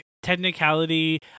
technicality